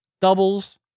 doubles